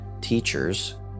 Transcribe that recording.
teachers